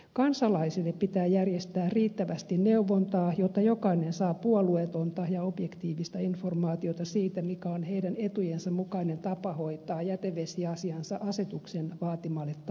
kansalaisille pitää järjestää riittävästi neuvontaa jotta jokainen saa puolueetonta ja objektiivista informaatiota siitä mikä on heidän etujensa mukainen tapa hoitaa jätevesiasiansa asetuksen vaatimalle tasolle